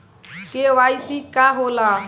KYC का होला?